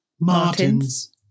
Martin's